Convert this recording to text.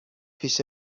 پیش